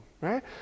right